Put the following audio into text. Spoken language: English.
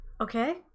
Okay